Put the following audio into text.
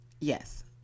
Yes